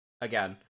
again